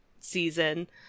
season